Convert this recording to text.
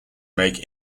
make